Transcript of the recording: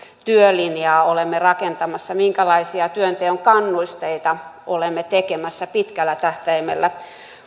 työlinjaa olemme rakentamassa minkälaisia työnteon kannusteita olemme tekemässä pitkällä tähtäimellä